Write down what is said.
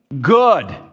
good